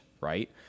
right